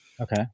Okay